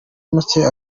make